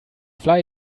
fly